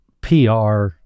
PR